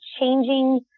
changing